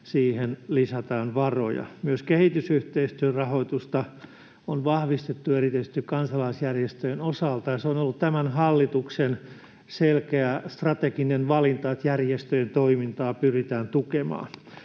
siihen lisätään varoja. Myös kehitysyhteistyön rahoitusta on vahvistettu erityisesti kansalaisjärjestöjen osalta. Se, että järjestöjen toimintaa pyritään tukemaan,